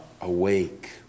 awake